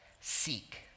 seek